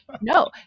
no